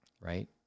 right